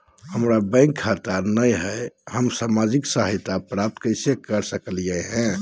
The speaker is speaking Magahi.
हमार बैंक खाता नई हई, हम सामाजिक सहायता प्राप्त कैसे के सकली हई?